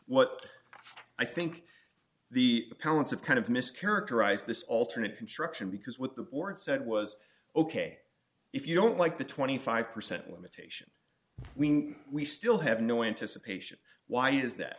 what i think the parents of kind of mischaracterized this alternate construction because what the board said was ok if you don't like the twenty five percent limitation we we still have no anticipation why is that